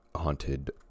Haunted